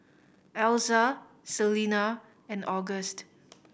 Elza Selena and August